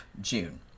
June